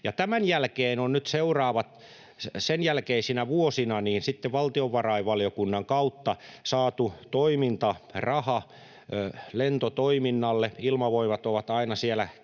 Tämän jälkeen on nyt seuraavina, sen jälkeisinä vuosina valtiovarainvaliokunnan kautta saatu toimintaraha lentotoiminnalle. Ilmavoimat on aina siellä lähinnä